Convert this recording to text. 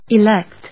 elect